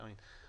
עמית.